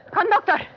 Conductor